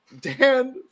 Dan